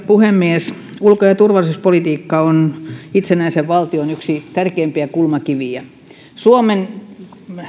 puhemies ulko ja turvallisuuspolitiikka on yksi itsenäisen valtion tärkeimpiä kulmakiviä suomen